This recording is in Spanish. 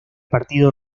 partido